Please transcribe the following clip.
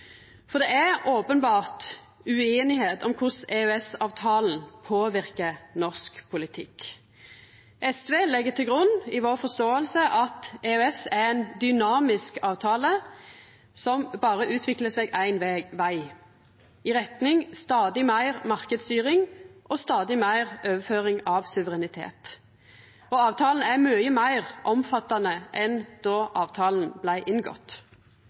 korleis EØS-avtalen påverkar norsk politikk. SV legg i vår forståing til grunn at EØS er ein dynamisk avtale som berre utviklar seg éin veg – i retning stadig meir marknadsstyring og stadig meir overføring av suverenitet. Avtalen er mykje meir omfattande enn då avtalen blei inngått,